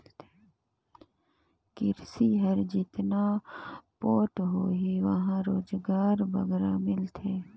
किरसी हर जेतना पोठ होही उहां रोजगार बगरा मिलथे